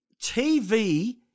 TV